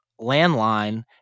landline